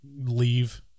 leave